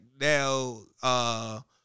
now